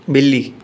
ॿिली